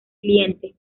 cliente